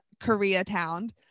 Koreatown